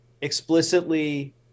explicitly